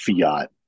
fiat